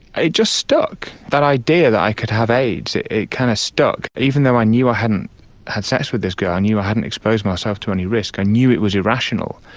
just stuck, that idea that i could have aids. it it kind of stuck, even though i knew i hadn't had sex with this girl, i knew i hadn't exposed myself to any risk, i knew it was irrational,